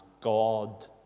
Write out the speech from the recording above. God